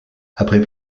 après